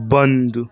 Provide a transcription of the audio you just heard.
بند